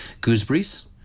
gooseberries